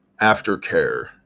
aftercare